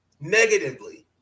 negatively